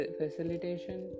facilitation